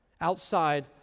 outside